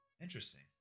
interesting